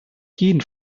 jeden